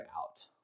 out